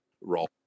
role